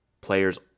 players